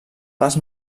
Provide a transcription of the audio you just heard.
parts